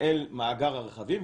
אל מאגר הרכבים,